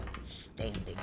standing